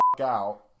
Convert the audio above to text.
out